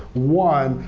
one,